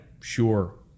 sure